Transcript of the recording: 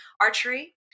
archery